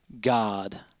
God